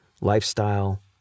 lifestyle